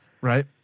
Right